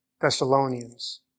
Thessalonians